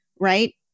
right